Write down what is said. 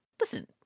Listen